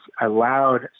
allowed